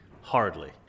Hardly